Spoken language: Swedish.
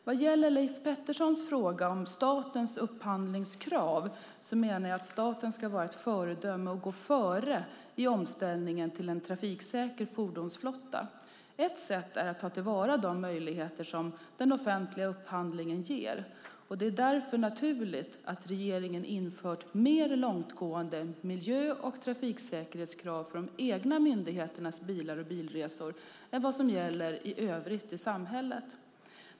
Vad gäller Leif Petterssons fråga om statens upphandlingskrav menar jag att staten ska vara ett föredöme och gå före i omställningen till en trafiksäker fordonsflotta. Ett sätt är att ta till vara de möjligheter som den offentliga upphandlingen ger. Det är därför naturligt att regeringen infört mer långtgående miljö och trafiksäkerhetskrav för de egna myndigheternas bilar och bilresor än vad som gäller i samhället i övrigt.